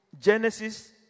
Genesis